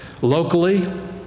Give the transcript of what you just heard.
Locally